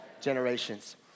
generations